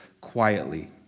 quietly